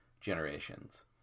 generations